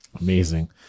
Amazing